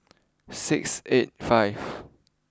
six eight five